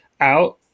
out